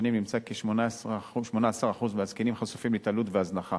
שנים נמצא כי 18% מהזקנים חשופים להתעללות והזנחה.